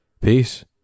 Peace